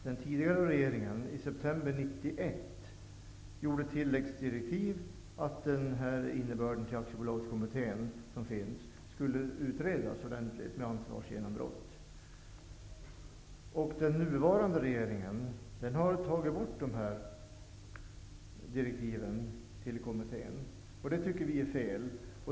Den tidigare regeringen gav i september 1991 tilläggsdirektiv till Aktiebolagskommittén att frågan om ansvarsgenombrott skulle utredas ordentligt. Den nuvarande regeringen har gett nya direktiv som innebär att det tidigare tilläggsdirektivet dras tillbaka. Det tycker vi är fel.